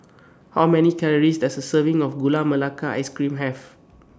How Many Calories Does A Serving of Gula Melaka Ice Cream Have